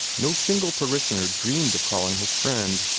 no single parishioner dreamed of calling her friend.